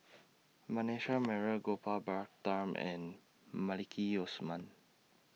Manasseh Meyer Gopal Baratham and Maliki Osman